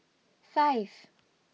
five